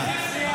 הוא התייחס אליו.